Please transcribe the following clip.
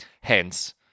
Hence